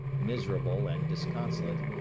miserable and disconsolate,